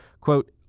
Quote